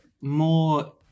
more